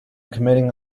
committing